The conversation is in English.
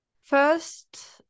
First